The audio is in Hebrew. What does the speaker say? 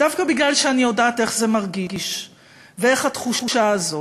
דווקא בגלל שאני יודעת איך זה מרגיש ואיך התחושה הזאת,